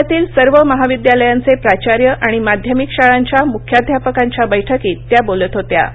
जिल्ह्यातील सर्व महाविद्यालयांचे प्राचार्य आणि माध्यमिक शाळांच्या मुख्याध्यापकांच्या बैठकीत त्या बोलत होत्या